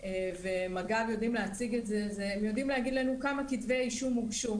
מג"ב יודעים להגיד לנו כמה כתבי אישום הוגשו.